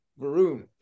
Varun